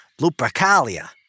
Lupercalia